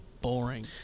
boring